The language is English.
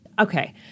Okay